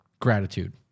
Gratitude